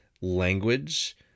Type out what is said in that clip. language